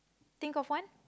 think of one